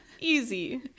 Easy